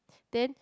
then